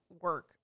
work